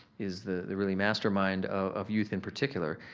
is the really mastermind of youth in particular.